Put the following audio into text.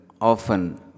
often